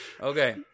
okay